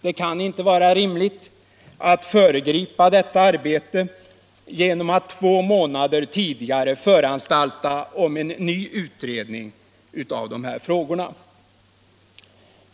Det kan inte vara rimligt att föregripa detta arbete genom att två månader tidigare föranstalta om en ny utredning av dessa frågor.